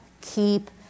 keep